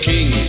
King